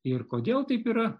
ir kodėl taip yra